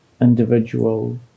individual